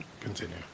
continue